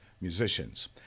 musicians